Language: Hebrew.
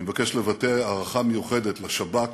אני מבקש לבטא הערכה מיוחדת לשב"כ